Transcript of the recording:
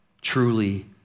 truly